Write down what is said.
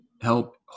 help